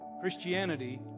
Christianity